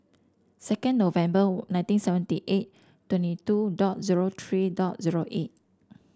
second November nineteen seventy eight twenty two dot zero three dot zero eight